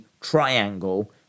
triangle